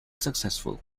successful